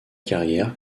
carrière